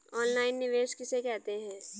Online निवेश किसे कहते हैं?